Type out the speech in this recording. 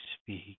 speak